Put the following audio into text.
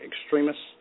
extremists